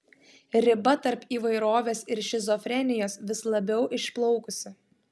riba tarp įvairovės ir šizofrenijos vis labiau išplaukusi